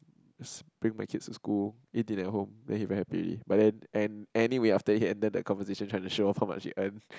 bring my kid to school eat dinner at home then very happily but then and anywhere after here enter the conversation tradition of how much he earns